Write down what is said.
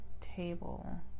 table